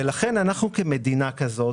לכן אנחנו כמדינה כזאת,